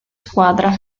squadra